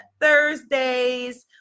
Thursdays